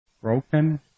broken